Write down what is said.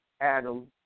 Adam